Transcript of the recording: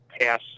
pass